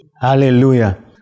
Hallelujah